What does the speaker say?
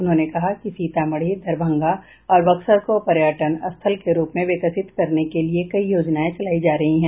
उन्होंने कहा कि सीतामढ़ी दरभंगा और बक्सर को पर्यटन स्थल के रूप में विकसित करने के लिए कई योजनाएं चलायी जा रही है